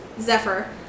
Zephyr